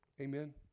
Amen